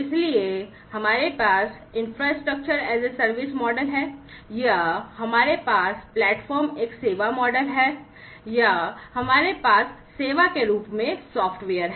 इसलिए हमारे पास infrastructure as a service model है या हमारे पास प्लेटफॉर्म एक सेवा मॉडल है या हमारे पास सेवा के रूप में सॉफ्टवेयर है